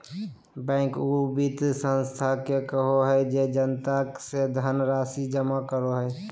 bank उ वित संस्था के कहो हइ जे जनता से धनराशि जमा करो हइ